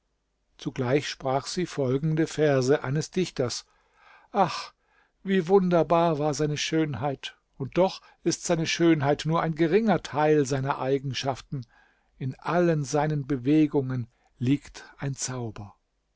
zugleich sprach sie folgende verse eines dichters ach wie wunderbar war seine schönheit und doch ist seine schönheit nur ein geringer teil seiner eigenschaften in allen seinen bewegungen liegt ein zauber